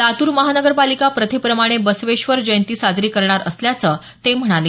लातूर महानगरपालिका प्रथेप्रमाणे बसवेश्वर जयंती साजरी करणार असल्याचं ते म्हणाले